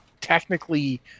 technically